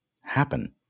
happen